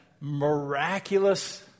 miraculous